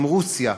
עם רוסיה,